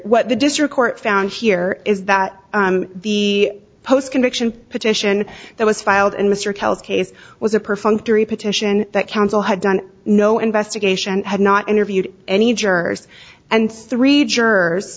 what the district court found here is that the post conviction petition that was filed in mr kells case was a perfunctory petition that council had done no investigation had not interviewed any jurors and three jurors